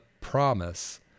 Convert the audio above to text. promise